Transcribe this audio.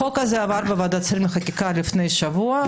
החוק הזה עבר בוועדת שרים לחקיקה לפני שבוע,